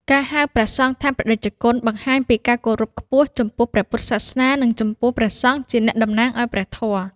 ការហៅព្រះសង្ឃថា ព្រះតេជគុណ បង្ហាញពីការគោរពខ្ពស់ចំពោះព្រះពុទ្ធសាសនា និងចំពោះព្រះសង្ឃជាអ្នកតំណាងឱ្យព្រះធម៌។